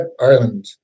Ireland